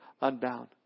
unbound